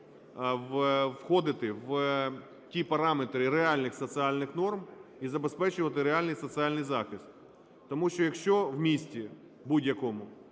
входити в ті параметри реальних соціальних норм і забезпечувати реальний соціальний захист. Тому що, якщо в місті будь-якому